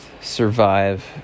Survive